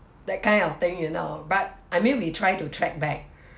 that kind of thing you know but I mean we try to track back